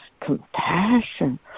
compassion